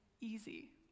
easy